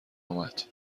اومد